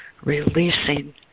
releasing